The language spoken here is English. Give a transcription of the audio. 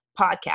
podcast